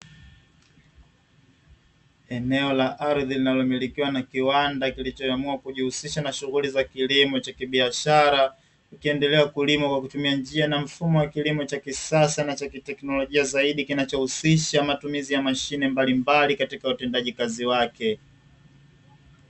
Eneo la ardhi, linalomilikiwa na kiwanda kilichoamua kujihusisha na shughuli za kilimo cha kibiashara, kikiendelea kulima kwa kutumia njia na mfumo wa kilimo cha kisasa na cha kiteknolojia zaidi, kinachohusisha matumizi ya mashine mbalimbali katika utendaji kazi wake.